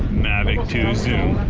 mavic two zoom,